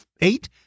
eight